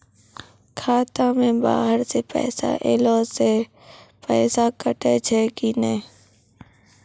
खाता मे बाहर से पैसा ऐलो से पैसा कटै छै कि नै?